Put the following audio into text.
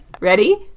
ready